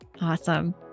Awesome